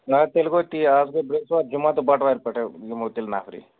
آ تیٚلہِ گوٚو تی اَز گٔے برٛٮ۪سوار جُمحہ تہٕ بٹوارِ پٮ۪ٹھٕے یِمو تیٚلہِ نَفری